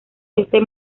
este